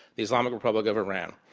islamic republic of iran,